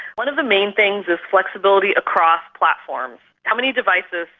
one of the main things is flexibility across platforms. how many devices,